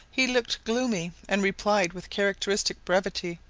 he looked gloomy, and replied with characteristic brevity,